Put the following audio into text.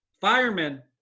firemen